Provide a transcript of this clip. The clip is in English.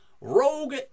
Rogue